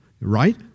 right